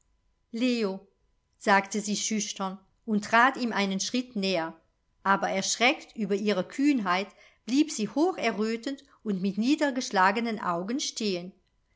sagte sie schüchtern und trat ihm einen schritt näher aber erschreckt über ihre kühnheit blieb sie hocherrötend und mit niedergeschlagenen augen stehen